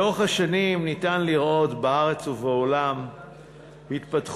לאורך השנים אפשר לראות בארץ ובעולם התפתחות